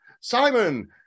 Simon